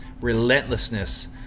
relentlessness